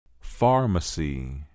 Pharmacy